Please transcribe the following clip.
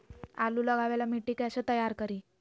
आलु लगावे ला मिट्टी कैसे तैयार करी?